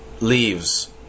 leaves